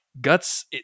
guts